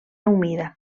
humida